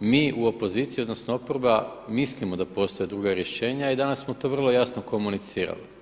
mi u opoziciji odnosno oporba mislimo da postoje druga rješenja i danas smo to vrlo jasno komunicirali.